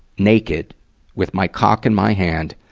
naked with my cock in my hand,